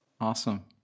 Awesome